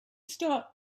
start